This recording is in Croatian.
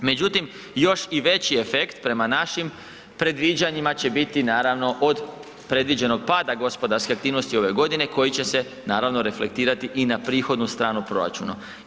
Međutim, još i veći efekt prema našim predviđanjima će biti naravno od predviđenog pada gospodarske aktivnosti ove godine koji će se naravno reflektirati i na prihodnu stranu proračuna.